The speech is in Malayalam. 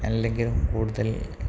അല്ലങ്കിലും കൂടുതൽ